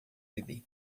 bebê